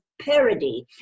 parody